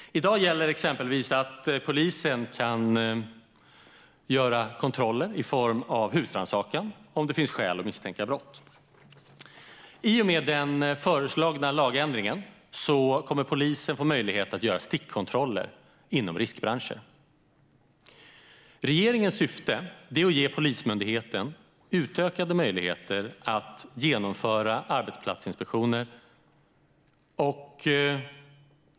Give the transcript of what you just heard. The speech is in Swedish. I dag kan polisen göra kontroller i form av husrannsakan, om det finns skäl att misstänka brott. I och med den föreslagna lagändringen kommer polisen att få möjlighet att göra stickkontroller inom riskbranscher. Regeringens syfte är att ge Polismyndigheten utökade möjligheter att genomföra arbetsplatsinspektioner.